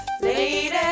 Lady